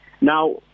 Now